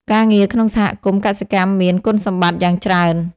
ការងារក្នុងសហគមន៍កសិកម្មមាន គុណសម្បត្តិ យ៉ាងច្រើន។